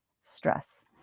stress